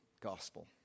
gospel